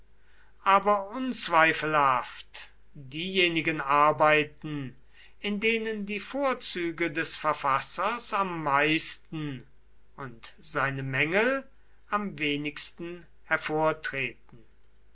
aber unzweifelhaft diejenigen arbeiten in denen die vorzüge des verfassers am meisten und seine mängel am wenigsten